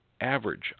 average